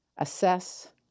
Assess